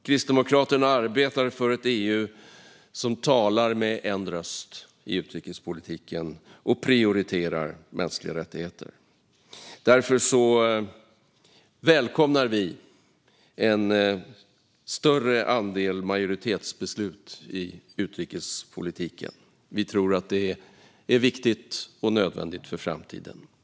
Kristdemokraterna arbetar för ett EU som talar med en röst i utrikespolitiken och prioriterar mänskliga rättigheter. Därför välkomnar vi en större andel majoritetsbeslut i utrikespolitiken. Vi tror att det är viktigt och nödvändigt för framtiden.